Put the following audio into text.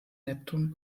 neptun